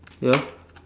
ya